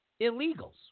illegals